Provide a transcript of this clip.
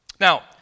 Now